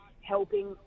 helping